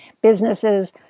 businesses